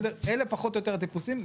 אלה פחות או יותר הטיפוסים.